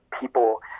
people